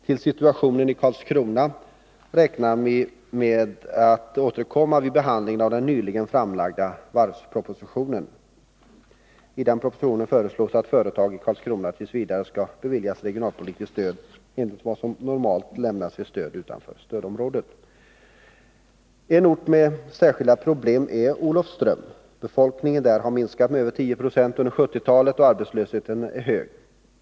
Till situationen i Karlskrona kommun räknar vi med att återkomma vid behandlingen av den nyligen framlagda varvspropositionen. I den propositionen föreslås att företag i Karlskrona t. v. skall beviljas regionalpolitiskt stöd enligt vad som normalt lämnas vid stöd utanför stödområdet. En ort med särskilda problem är Olofström. Befolkningen där har minskat med över 10 96 under 1970-talet, och arbetslösheten är hög.